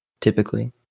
typically